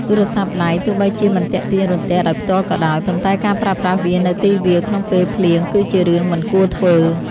ទូរស័ព្ទដៃទោះបីជាមិនទាក់ទាញរន្ទះដោយផ្ទាល់ក៏ដោយ ប៉ុន្តែការប្រើប្រាស់វានៅទីវាលក្នុងពេលភ្លៀងគឺជារឿងមិនគួរធ្វើ។